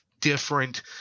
different